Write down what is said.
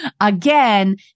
Again